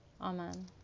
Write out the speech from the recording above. Amen